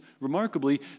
remarkably